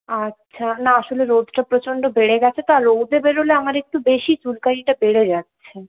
আচ্ছা না আসলে রোদটা প্রচণ্ড বেড়ে গেছে তো আর রোদে বেরোলে আমার একটু বেশি চুলকানিটা বেড়ে যাচ্ছে